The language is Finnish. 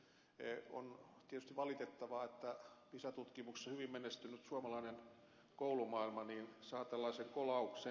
on tietysti valitettavaa että pisa tutkimuksissa hyvin menestynyt suomalainen koulumaailma saa tällaisen kolauksen